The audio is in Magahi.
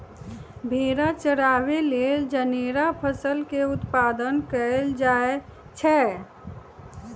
भेड़ा चराबे लेल जनेरा फसल के उत्पादन कएल जाए छै